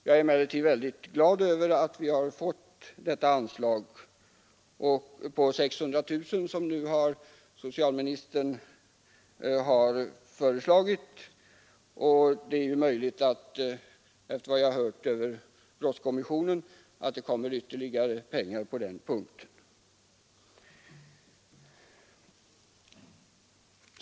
Jag är emellertid mycket glad över det anslag på 600 000 kronor som socialministern har föreslagit. Vidare kan det enligt uppgift tillkomma ytterligare pengar när propositionen kommer i anledning av brottskommissionen.